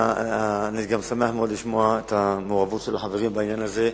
אני שמח מאוד לשמוע את המעורבות של החברים בעניין הזה,